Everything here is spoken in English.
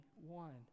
one